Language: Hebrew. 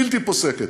בלתי פוסקת,